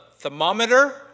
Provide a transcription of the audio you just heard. thermometer